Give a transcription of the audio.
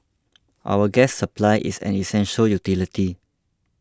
our gas supply is an essential utility